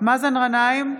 מאזן גנאים,